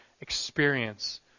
experience